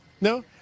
No